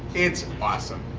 it's awesome.